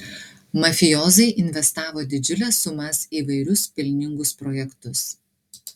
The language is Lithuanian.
mafijozai investavo didžiules sumas į įvairius pelningus projektus